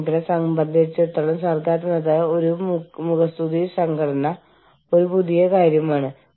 ആഗോള സഹകരണ സമയത്ത് അഭിസംബോധന ചെയ്യേണ്ട മറ്റൊരു ചോദ്യമാണിത്